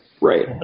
Right